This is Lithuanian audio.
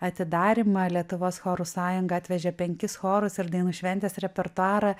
atidarymą lietuvos chorų sąjunga atvežė penkis chorus ir dainų šventės repertuarą